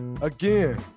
Again